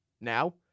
now